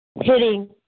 Hitting